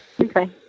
Okay